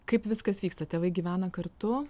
kaip viskas vyksta tėvai gyvena kartu